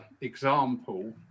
example